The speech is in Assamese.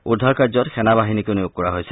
উদ্ধাৰ কাৰ্যত সেনা বাহিনীকো নিয়োগ কৰা হৈছে